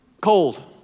cold